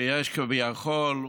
שיש כביכול,